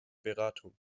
beratung